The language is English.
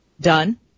done